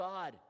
God